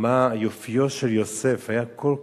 יופיו של יוסף היה כל כך,